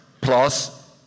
plus